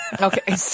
Okay